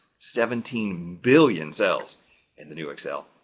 seventeen billion cells in the new excel.